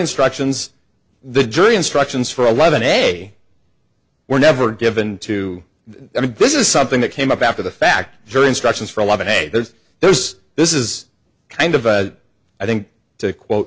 instructions the jury instructions for eleven a were never given to i mean this is something that came up after the fact jury instructions for a live in a there's there's this is kind of i think to quote